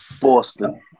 Boston